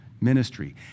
ministry